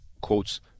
quotes